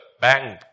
bang